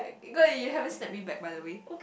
like you got you haven't snap me back by the way